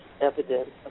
evidence